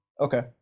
Okay